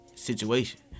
Situation